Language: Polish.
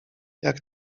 jak